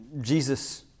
Jesus